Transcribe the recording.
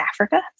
Africa